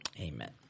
Amen